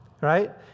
right